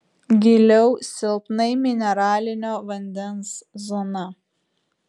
giliau silpnai mineralinio vandens zona